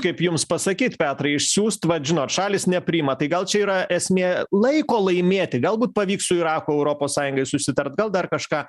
kaip jums pasakyt petrai išsiųst vat žinot šalys nepriima tai gal čia yra esmė laiko laimėti galbūt pavyks su iraku europos sąjungai susitart gal dar kažką